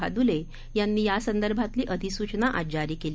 भादुले यांनी यासंदर्भातली अधिसूचना आज जारी केली